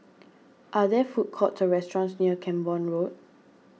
are there food courts or restaurants near Camborne Road